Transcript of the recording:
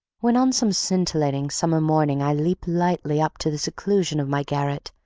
when on some scintillating summer morning i leap lightly up to the seclusion of my garret,